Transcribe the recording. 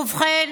ובכן,